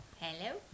Hello